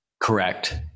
Correct